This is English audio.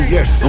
Yes